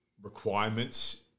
requirements